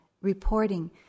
reporting